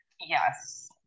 Yes